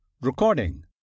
Recording